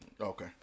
Okay